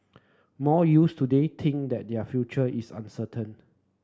most youths today think that their future is uncertain